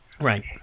Right